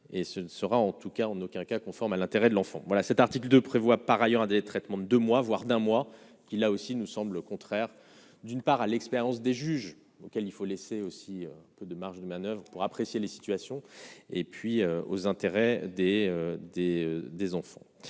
et ce ne sera en tout cas en aucun cas conforme à l'intérêt de l'enfant voilà cet article 2 prévoit par ailleurs à des traitements de mois, voire d'un mois, qui là aussi nous semble contraire, d'une part, à l'expérience des juges auxquels il faut laisser aussi peu de marge de manoeuvre ou pour apprécier les situations et puis aux intérêts des, des,